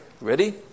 Ready